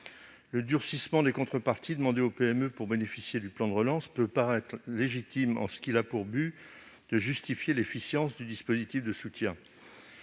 Le durcissement des contreparties demandées aux PME pour bénéficier du plan de relance peut paraître légitime, s'agissant de justifier l'efficience du dispositif de soutien.